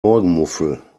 morgenmuffel